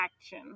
action